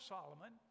Solomon